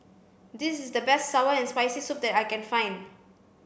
this is the best sour and spicy soup that I can find